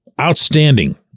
Outstanding